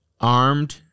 Armed